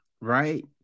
right